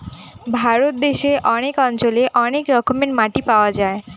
ভারত দেশে অনেক অঞ্চলে অনেক রকমের মাটি পাওয়া যায়